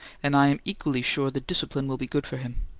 and i am equally sure the discipline will be good for him.